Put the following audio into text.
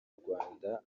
rwanda